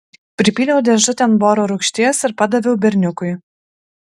pripyliau dėžutėn boro rūgšties ir padaviau berniukui